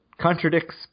contradicts